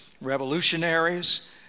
revolutionaries